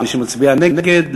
מי שמצביע נגד,